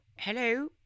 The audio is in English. Hello